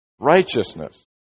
righteousness